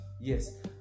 yes